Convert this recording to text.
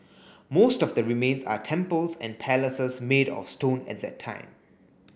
most of the remains are temples and palaces made of stone at that time